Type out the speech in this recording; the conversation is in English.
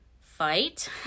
fight